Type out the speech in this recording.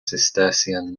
cistercian